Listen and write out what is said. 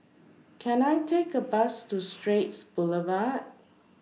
Can I Take A Bus to Straits Boulevard